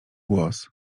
głos